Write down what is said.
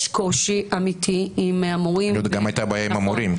יש קושי אמיתי עם המורים --- הייתה גם בעיה עם המורים.